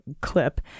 clip